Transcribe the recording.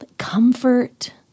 Comfort